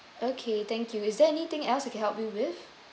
okay thank you is there anything else I can help you with